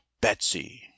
betsy